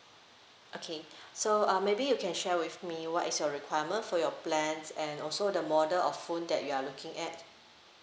okay so uh maybe you can share with me what is your requirement for your plan and also the model of phone that you are looking at